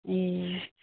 ए